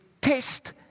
test